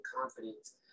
confidence